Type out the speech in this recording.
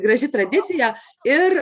graži tradicija ir